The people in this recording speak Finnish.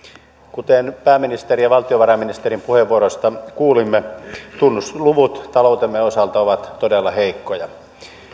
kuten pääministerin ja valtiovarainministerin puheenvuoroista kuulimme tunnusluvut taloutemme osalta ovat todella heikkoja